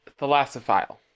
thalassophile